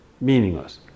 meaningless